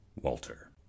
Walter